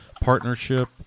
partnership